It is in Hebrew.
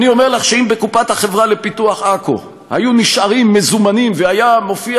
אני אומר לך שאם בקופת החברה לפיתוח עכו היו נשארים מזומנים והיה מופיע